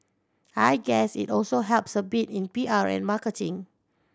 I guess it also helps a bit in P R and marketing